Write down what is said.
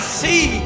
see